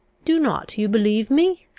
do not you believe me?